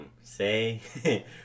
say